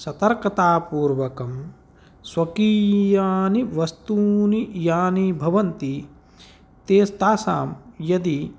सतर्कतापूर्वकं स्वकीयानि वस्तूनि यानि भवन्ति तेस् तासां यदि